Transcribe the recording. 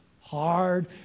hard